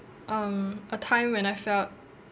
um a time when I felt